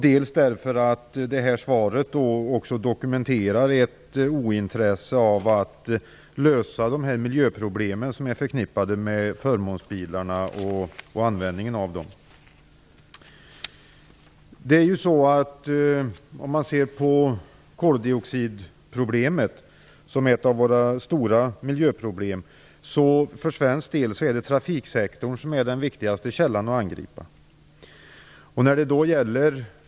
Dels dokumteras i svaret ett ointresse för att lösa de miljöproblem som är förknippade med förmånsbilarna och användningen av dem. Om man ser till koldioxidproblemet, som är ett av våra stora miljöproblem, är trafiksektorn för svensk del den viktigaste källan att angripa.